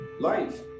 life